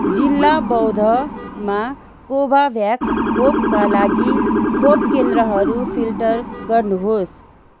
जिल्ला बौधमा कोभाभ्याक्स खोपका लागि खोप केन्द्रहरू फिल्टर गर्नुहोस्